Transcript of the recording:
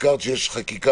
הזכרת שיש חקיקה,